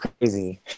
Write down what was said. crazy